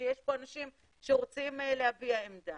כשיש פה אנשים שרוצים להביע עמדה.